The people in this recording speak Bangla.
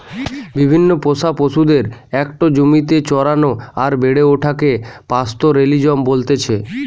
বিভিন্ন পোষা পশুদের একটো জমিতে চরানো আর বেড়ে ওঠাকে পাস্তোরেলিজম বলতেছে